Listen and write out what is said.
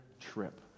trip